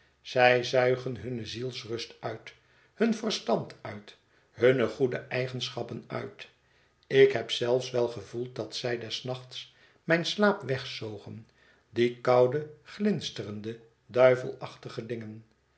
zij zuigen hunne zielsrust uit hun verstand uit hunne goede eigenschappen uit ik heb zelfs wel gevoeld dat zij des nachts mijn slaap wegzogen die koude glinsterende duivelachtige dingen